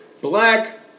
black